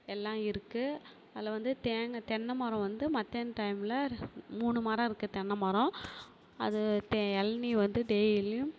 எல்லாம் இருக்கு அதில் வந்து தேங்காய் தென்னை மரம் வந்து மதியான டைம்மில் மூணு மரம் இருக்கு தென்னை மரம் அது தே இளநி வந்து டெய்லியும்